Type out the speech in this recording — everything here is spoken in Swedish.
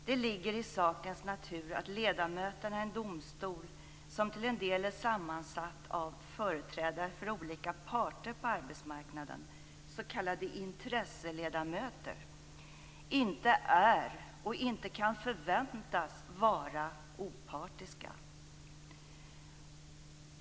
Det ligger i sakens natur att ledamöterna i en domstol som till en del är sammansatt av företrädare för olika parter på arbetsmarknaden, s.k. intresseledamöter, inte är och inte kan förväntas vara opartiska.